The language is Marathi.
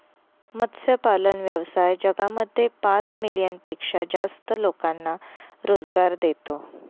मत्स्यपालन व्यवसाय जगामध्ये पाच मिलियन पेक्षा जास्त लोकांना रोजगार देतो